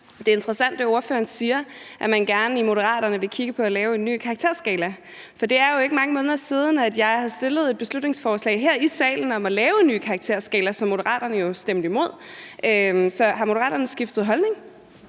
er interessant, at ordføreren siger, at man i Moderaterne gerne vil kigge på at lave en ny karakterskala, for det er jo ikke mange måneder siden, at jeg fremsatte et beslutningsforslag her i salen om at lave en ny karakterskala, hvilket Moderaterne jo stemte imod. Så har Moderaterne skiftet holdning?